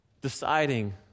deciding